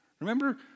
Remember